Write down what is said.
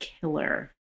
killer